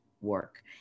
work